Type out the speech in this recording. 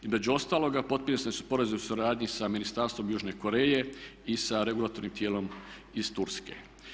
Između ostaloga potpisani su sporazumi o suradnji sa Ministarstvom Južne Koreje i sa regulatornim tijelom iz Turske.